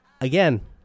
again